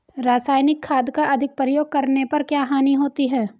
रासायनिक खाद का अधिक प्रयोग करने पर क्या हानि होती है?